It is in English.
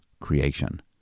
creation